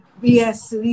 Yes